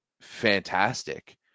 fantastic